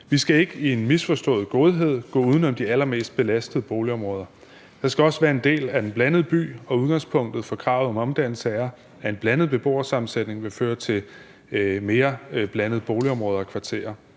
Vi skal ikke i misforstået godhed gå uden om de allermest belastede boligområder. Der skal også være en del af den blandede by, og udgangspunktet for kravet om omdannelse er, at en blandet beboersammensætning vil føre til mere blandede boligområder og kvarterer.